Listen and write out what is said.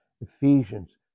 Ephesians